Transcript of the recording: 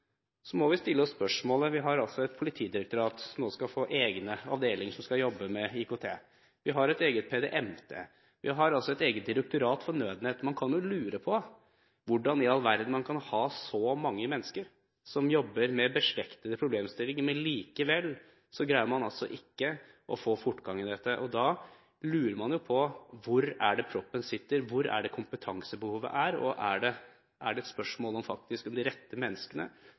Vi har et politidirektorat som nå skal få egne avdelinger som skal jobbe med IKT. Vi har et eget PDMT. Vi har et eget direktorat for nødnett. Man kan jo lure på hvordan i all verden man kan ha så mange mennesker som jobber med beslektede problemstillinger, men likevel greier man ikke å få fortgang i dette. Da lurer man jo på hvor proppen sitter. Hvor er kompetansebehovet? Er det et spørsmål om de rette menneskene sitter på rett plass for å få gjennomført det som hele Stortinget hele tiden har forutsatt skal skje? Det er